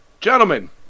gentlemen